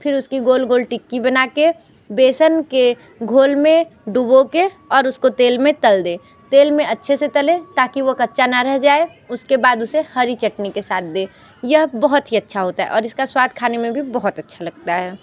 फिर उसकी गोल गोल टिक्की बना कर बेसन के घोल में डूबो कर और उसको तेल में तल दें तेल में अच्छे से तलें ताकि वह कच्चा न रह जाए उसके बाद उसे हरी चटनी के साथ दें यह बहुत ही अच्छा होता है और इसका स्वाद खाने में भी बहुत अच्छा लगता है